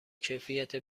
کیفیت